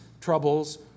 troubles